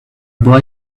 boy